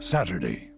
Saturday